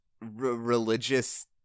religious